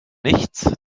nichts